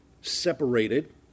separated